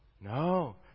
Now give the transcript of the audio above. No